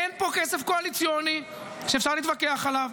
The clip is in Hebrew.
אין פה כסף קואליציוני שאפשר להתווכח עליו,